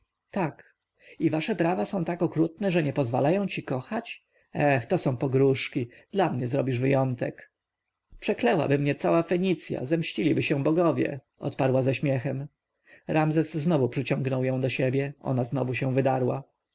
tak i wasze prawa są tak okrutne że nie pozwalają ci kochać eh to są pogróżki dla mnie zrobisz wyjątek przeklęłaby mnie cała fenicja zemściliby się bogowie odparła ze śmiechem ramzes znowu przyciągnął ją do siebie ona znowu się wydarła